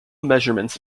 measurements